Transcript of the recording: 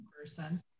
person